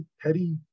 petty